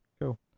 Cool